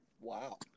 Wow